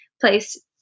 place